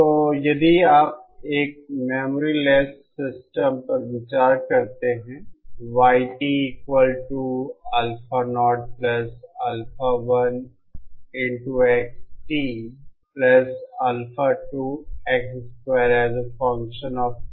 तो यदि आप एक मेमोरीलेस सिस्टम पर विचार करते हैं